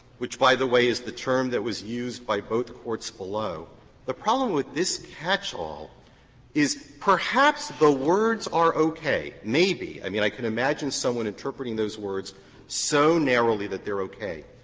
which by the way is the term that was used by both the courts below the problem with this catch-all is perhaps the words are okay, maybe. i mean, i can imagine someone interpreting those words so narrowly that they're okay.